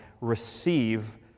Receive